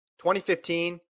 2015